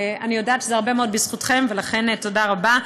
אני יודעת שזה הרבה מאוד בזכותכם, ולכן תודה רבה.